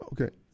Okay